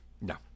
No